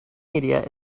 media